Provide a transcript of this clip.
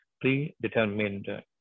predetermined